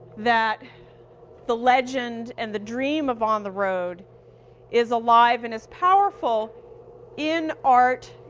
that the legend and the dream of on the road is alive and is powerful in art,